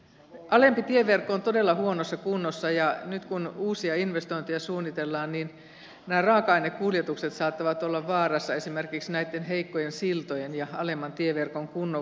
alempi tieverkko on todella huonossa kunnossa ja nyt kun uusia investointeja suunnitellaan niin nämä raaka ainekuljetukset saattavat olla vaarassa esimerkiksi näitten heikkojen siltojen ja alemman tieverkon kunnon vuoksi